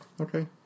Okay